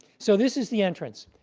so this is the entrance.